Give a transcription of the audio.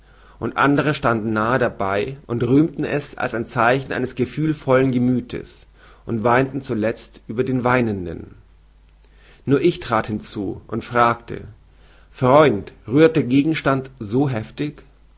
und andere standen nahe dabei und rühmten es als ein zeichen eines gefühlvollen gemüthes und weinten zuletzt über den weinenden nur ich trat hinzu und fragte freund rührt der gegenstand so heftig